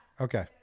Okay